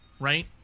right